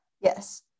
Yes